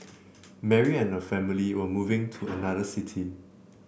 Mary and her family were moving to another city